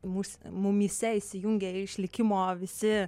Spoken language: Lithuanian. mūs mumyse įsijungia išlikimo visi